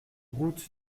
route